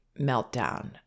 meltdown